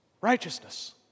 Righteousness